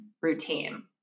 routine